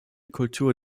kultur